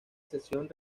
cesión